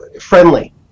friendly